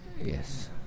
Yes